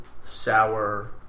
sour